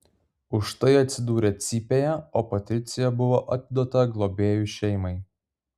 už tai atsidūrė cypėje o patricija buvo atiduota globėjų šeimai